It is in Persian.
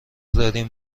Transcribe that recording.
داریم